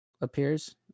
appears